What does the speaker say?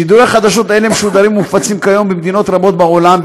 שידורי חדשות אלה משודרים ומופצים כיום במדינות רבות בעולם,